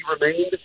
remained